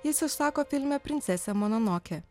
jis išsako filme princesė mononokė